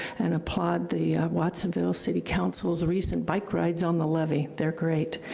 and applaud the watsonville city council's recent bike rides on the levy. they're great.